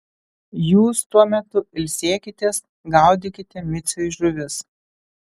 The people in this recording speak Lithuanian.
jūs tuo metu ilsėkitės gaudykite miciui žuvis